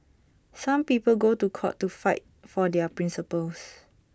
some people go to court to fight for their principles